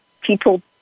people